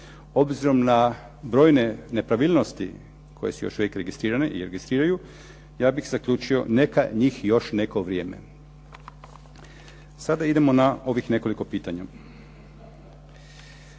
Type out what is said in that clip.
Obzirom na brojne nepravilnosti koje su još ... registrirane i registriraju, ja bih zaključio neka njih još neko vrijeme. Sada idemo na ovih nekoliko pitanja.